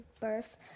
birth